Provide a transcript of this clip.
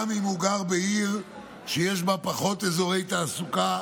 גם אם הוא גר בעיר שיש בה פחות אזורי תעסוקה,